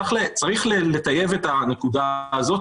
צריך לטייב את הנקודה הזאת,